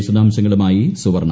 വിശദാംശങ്ങളുമായി സുവർണ്ണ